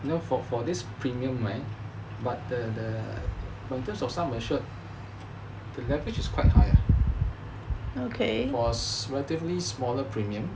you know for for this premium right but the the in terms of sum assured the leverage is quite high ah for relatively smaller premium